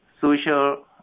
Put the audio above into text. social